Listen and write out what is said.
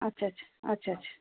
अच्छा अच्छा अच्छा अच्छा